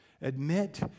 Admit